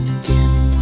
again